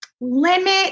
Limit